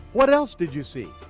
what else did you see?